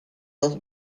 was